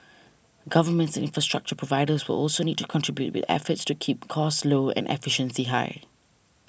governments and infrastructure providers will also need to contribute with efforts to keep costs low and efficiency high